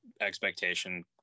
expectation